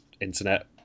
internet